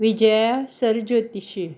Vijaya sir ज्योतिशी